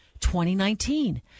2019